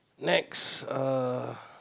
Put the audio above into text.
next uh